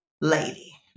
lady